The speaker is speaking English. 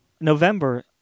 November